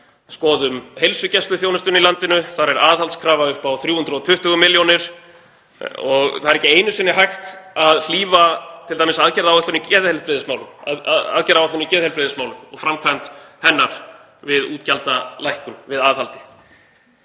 Skoðum heilsugæsluþjónustuna í landinu, þar er aðhaldskrafa upp á 320 milljónir. Það er ekki einu sinni hægt að hlífa t.d. aðgerðaáætlun í geðheilbrigðismálum og framkvæmd hennar við útgjaldalækkun, við aðhaldi.